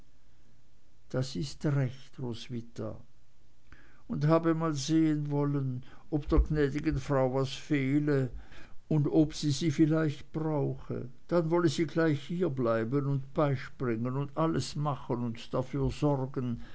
das ist recht roswitha und habe mal sehen wollen ob der gnädigen frau was fehle und ob sie sie vielleicht brauche dann wolle sie gleich hierbleiben und beispringen und alles machen und dafür sorgen